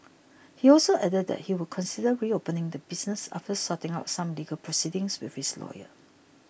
he also added that he would consider reopening the business after sorting out some legal proceedings with his lawyer